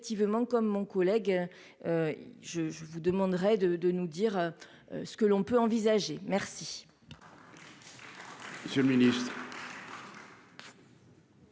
effectivement, comme mon collègue, je vous demanderai de de nous dire ce que l'on peut envisager, merci.